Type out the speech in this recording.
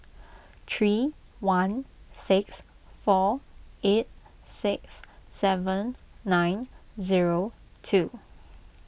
three one six four eight six seven nine zero two